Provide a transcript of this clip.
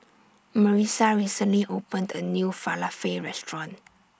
Marissa recently opened A New Falafel Restaurant